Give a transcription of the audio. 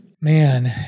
Man